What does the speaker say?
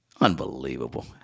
Unbelievable